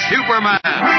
Superman